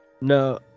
No